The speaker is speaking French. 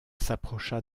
s’approcha